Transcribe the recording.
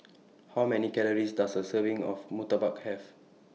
How Many Calories Does A Serving of Murtabak Have